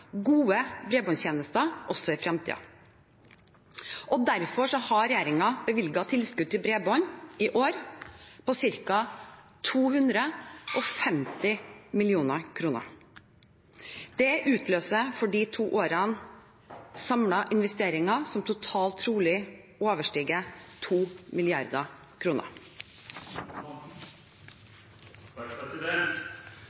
gode bredbåndstjenester også i fremtiden. Derfor har regjeringen bevilget tilskudd til bredbånd i år på ca. 250 mill. kr. Dette utløser for de to årene samlet investeringer som totalt trolig overstiger